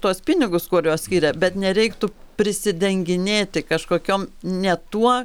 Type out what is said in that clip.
tuos pinigus kuriuos skiria bet nereiktų prisidenginėti kažkokiom ne tuo